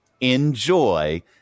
enjoy